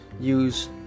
use